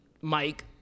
Mike